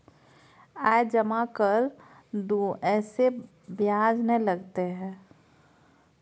आय जमा कर दू ऐसे ब्याज ने लगतै है?